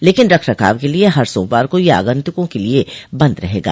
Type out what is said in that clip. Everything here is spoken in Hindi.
लेकिन रख रखाव के लिए हर सोमवार को यह आगन्तुकों के लिए बंद रहेगा